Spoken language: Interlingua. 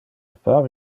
pare